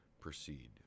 proceed